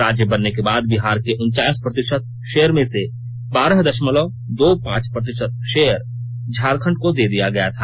राज्य बनने के बाद बिहार के उनचास प्रतिशत शेयर में से बारह दशमलव दो पांच प्रतिशत शेयर झारखंड को दे दिया गया था